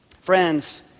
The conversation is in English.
Friends